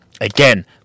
Again